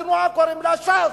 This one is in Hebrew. התנועה קוראים לה ש"ס.